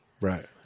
Right